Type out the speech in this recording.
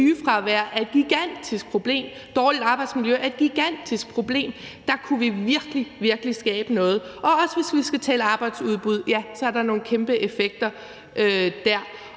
sygefravær er et gigantisk problem. Dårligt arbejdsmiljø er et gigantisk problem. Der kunne vi virkelig, virkelig skabe noget, og hvis vi også skal tale arbejdsudbud, så er der nogle kæmpe effekter der.